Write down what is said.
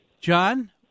John